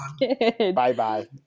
Bye-bye